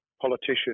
politician